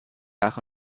nach